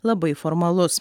labai formalus